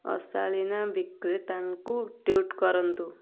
ଅଶାଳୀନ ବିକ୍ରେତାଙ୍କୁ ଟ୍ୱିଟ୍ କରନ୍ତୁ